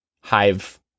hive